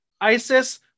Isis